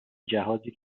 جهازی